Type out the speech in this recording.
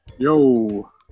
Yo